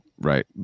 Right